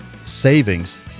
savings